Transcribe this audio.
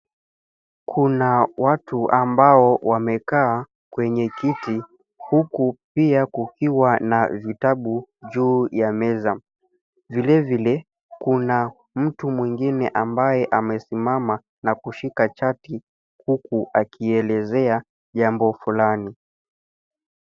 Kuna watu ambao wamekaa kwenye kiti, huku pia kukiwa na vitabu juu ya meza. Vile vile, kuna mtu mwingine ambaye amesimama na kushika chati huku akielezea jambo fulani.